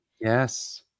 Yes